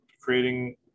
creating